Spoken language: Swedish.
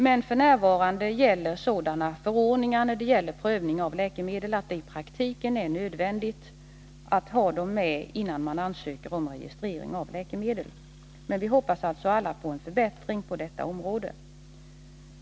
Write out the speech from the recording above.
Men f. n. gäller sådana förordningar i fråga om prövning av läkemedel att det i praktiken är nödvändigt att ha dem kvar innan man ansöker om registrering av läkemedel. Men vi hoppas alltså alla på en förbättring på detta område.